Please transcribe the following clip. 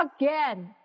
again